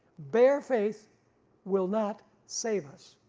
bear faith will not save us,